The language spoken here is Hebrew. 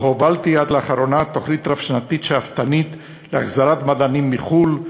שבה הובלתי עד לאחרונה תוכנית רב-שנתית שאפתנית להחזרת מדענים מחו"ל,